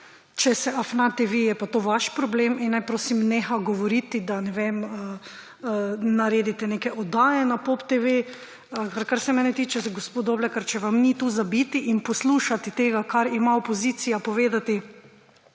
Če se afnate vi, je pa to vaš problem. In naj, prosim, neha govoriti, da naredite neke oddaje na POP TV. Kar se mene tiče, gospod Doblekar, če vam ni tu za biti in poslušati tega, kar ima opozicija povedati